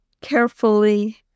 carefully